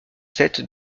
sept